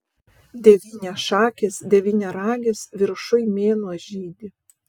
devyniašakis devyniaragis viršuj mėnuo žydi